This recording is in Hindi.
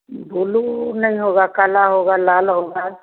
ब्ल्यू नहीं होगा काला होगा लाल होगा